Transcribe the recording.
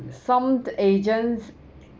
some agents